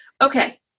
Okay